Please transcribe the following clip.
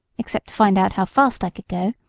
except to find out how fast i could go,